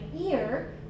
ear